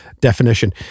definition